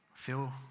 feel